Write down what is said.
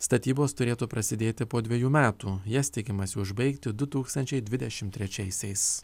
statybos turėtų prasidėti po dvejų metų jas tikimasi užbaigti du tūkstančiai dvidešimt trečiaisiais